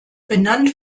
benannt